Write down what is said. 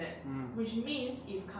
mm